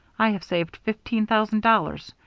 i have saved fifteen thousand dollars,